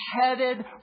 headed